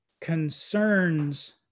concerns